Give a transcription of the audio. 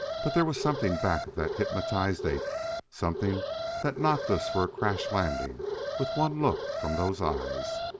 but there was something back of that hypnotized ape something that knocked us for a crash landing with one look from those eyes.